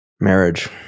Marriage